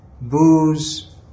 Booze